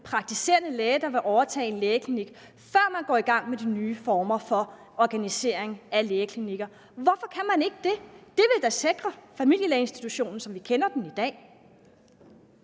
praktiserende læge, der vil overtage en lægeklinik, før man går i gang med de nye former for organisering af lægeklinikker. Hvorfor kan man ikke det? Det ville da sikre familielægeinstitutionen, som vi kender den i dag.